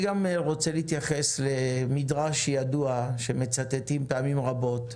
ואני רוצה להתייחס גם למדרש ידוע שמצטטים פעמים רבות: